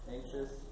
Anxious